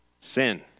Sin